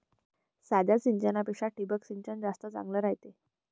साध्या सिंचनापेक्षा ठिबक सिंचन जास्त चांगले रायते